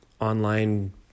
online